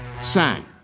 sang